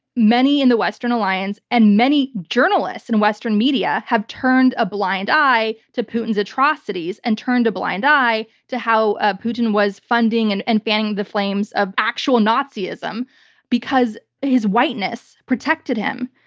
many in the western alliance and many journalists in western media have turned a blind eye to putin's atrocities and turned a blind eye to how ah putin was funding and and fanning the flames of actual nazism because his whiteness protected him.